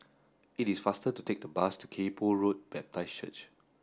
it is faster to take the bus to Kay Poh Road Baptist Church